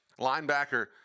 Linebacker